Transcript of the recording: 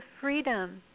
freedom